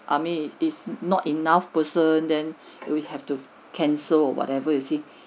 I mean is not enough person then you will have to cancel or whatever you see